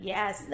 Yes